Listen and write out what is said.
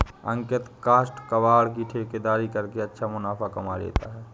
अंकित काष्ठ कबाड़ की ठेकेदारी करके अच्छा मुनाफा कमा लेता है